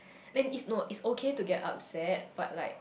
then it's no it's okay to get upset but like